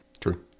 True